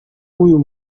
w’uyu